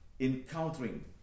Encountering